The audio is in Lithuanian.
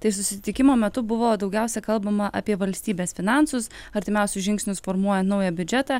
tai susitikimo metu buvo daugiausia kalbama apie valstybės finansus artimiausius žingsnius formuojant naują biudžetą